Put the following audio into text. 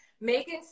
Megan